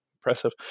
impressive